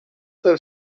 tevi